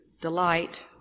delight